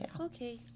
Okay